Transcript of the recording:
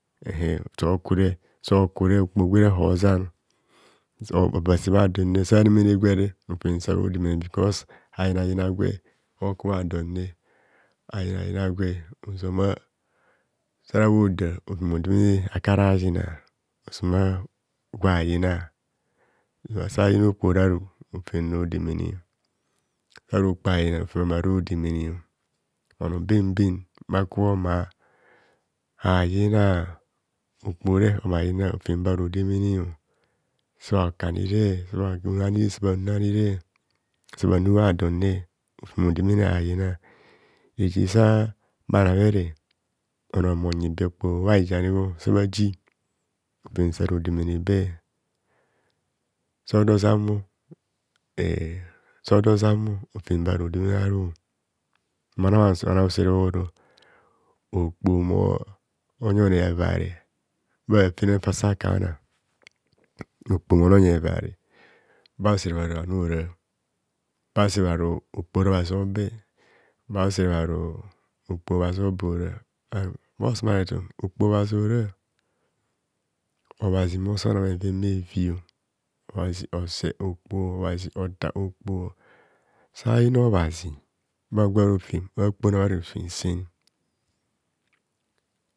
Ehe sokure sokure okpo gwere hosan soku apa sebha done sa nemene gwere rofem sa hara rodemene bkos ayina yina gwe oku bhadone ayina yina gwe ozama sora bhoda rofem odeme ne akara yina osomo gwa yina sayina okporaru rofem rodemene sava okpoho ayina rofem ama rodemene bhano benben bhakubho ma habhayina okpohore. habha yina ro fem be haro demene sabha ka nire sabhanu unhani sabhanu anire. Sabhanu bha donne rofem hodemene habha yina reje sa bhanabhere onor mmonyi be okpoho bha hijani bho sa bha ji rofem sa rodemene be so do samo eh so do zam mo rofem be harode mene aru mona bhano usere bhoro okpoho moyi onor evare bhafenana fa sa ka nang okpo ho moronyi evare ba usere bhoro ani hora ba usere bharo okpo ora obhazi obe bausere bharo okpo obhazi obe ora obhazi moso nam bheven bhevio obhazi ose okpo, obhazi otar okpo sayina obhazi bhagwar ofem akpona bha rofem sen